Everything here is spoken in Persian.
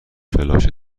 فلاش